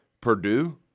Purdue